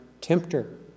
tempter